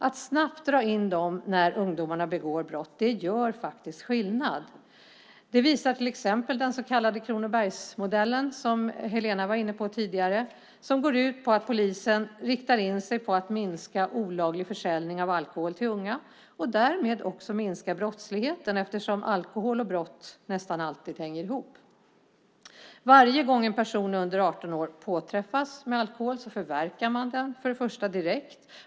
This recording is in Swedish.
Att snabbt dra in dem när ungdomarna begår brott gör faktiskt skillnad. Det visar till exempel den så kallade Kronobergsmodellen, som Helena var inne på tidigare. Den går ut på att polisen riktar in sig på att minska olaglig försäljning av alkohol till unga och därmed också minska brottsligheten, eftersom alkohol och brott nästan alltid hänger ihop. Varje gång en person under 18 år påträffas med alkohol förverkar man den för det första direkt.